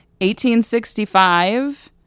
1865